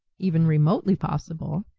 even remotely possible,